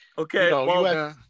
Okay